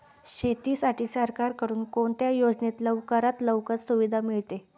शेतीसाठी सरकारकडून कोणत्या योजनेत लवकरात लवकर सुविधा मिळते?